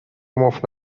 مفت